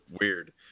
weird